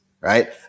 right